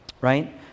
right